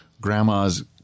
grandma's